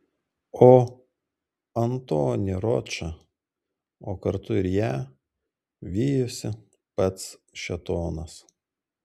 o antonį ročą o kartu ir ją vijosi pats šėtonas